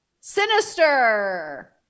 Sinister